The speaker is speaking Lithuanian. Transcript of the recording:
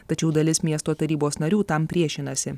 tačiau dalis miesto tarybos narių tam priešinasi